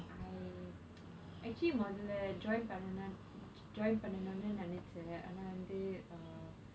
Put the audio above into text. I actually மொதல:mothala join பண்ண:pannaa join பண்ணனும்னு நினைச்சே ஆனா வந்து:pannanumnu ninaichaen aanaa vanthu um